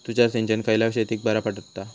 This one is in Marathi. तुषार सिंचन खयल्या शेतीक बरा पडता?